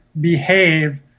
behave